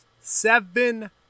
Seven